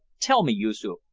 tell me, yoosoof,